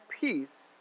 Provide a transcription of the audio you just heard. peace